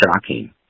shocking